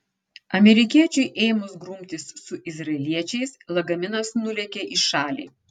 amerikiečiui ėmus grumtis su izraeliečiais lagaminas nulėkė į šalį